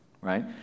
right